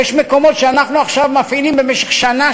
יש מקומות שאנחנו עכשיו מפעילים במשך שנה